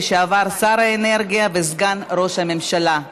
לשעבר שר האנרגיה וסגן ראש הממשלה.